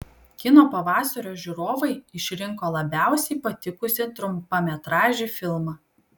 kino pavasario žiūrovai išrinko labiausiai patikusį trumpametražį filmą